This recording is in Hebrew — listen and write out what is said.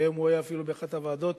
והיום הוא אפילו היה באחת הוועדות.